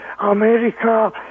America